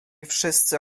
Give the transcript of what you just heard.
wszyscy